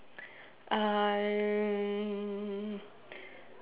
um